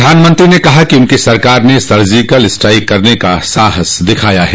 प्रधानमंत्री ने कहा कि उनकी सरकार ने सर्जिकल स्ट्राइक करने का साहस दिखाया है